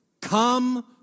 Come